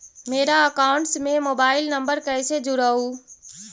मेरा अकाउंटस में mobile number कैसे जुड़उ?